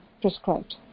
prescribed